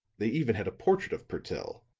they even had a portrait of purtell,